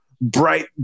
bright